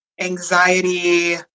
anxiety